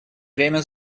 время